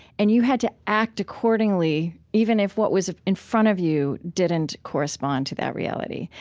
and you had to act accordingly, even if what was in front of you didn't correspond to that reality.